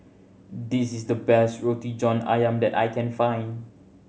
this is the best Roti John Ayam that I can find